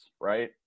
right